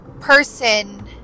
person